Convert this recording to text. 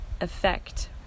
effect